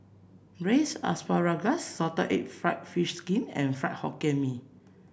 Braised Asparagus Salted Egg fried fish skin and Fried Hokkien Mee